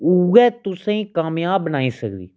उ'यै तुसेंई कामजाब बनाई सकदी